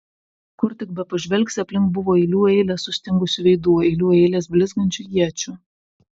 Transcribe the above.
kur tik bepažvelgsi aplink buvo eilių eilės sustingusių veidų eilių eilės blizgančių iečių